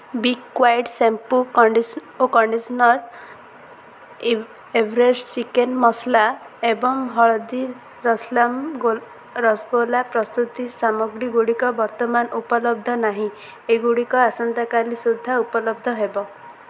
Biotique shampoo କଣ୍ଡିସ ଓ conditioner Everest chicken masala ଏବଂ ହଳଦୀ ରସଲାମ ଗୋଲ ରସଗୋଲା ପ୍ରଭୃତି ସାମଗ୍ରୀ ଗୁଡ଼ିକ ବର୍ତ୍ତମାନ ଉପଲବ୍ଧ ନାହିଁ ଏଗୁଡ଼ିକ ଆସନ୍ତା କାଲି ସୁଦ୍ଧା ଉପଲବ୍ଧ ହେବ